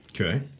Okay